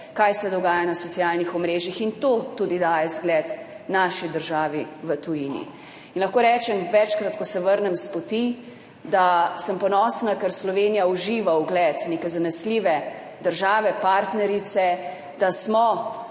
kaj se dogaja na socialnih omrežjih, in to tudi daje zgled naši državi v tujini. Lahko rečem, večkrat, ko se vrnem s poti, sem ponosna, ker Slovenija uživa ugled neke zanesljive države partnerice, da smo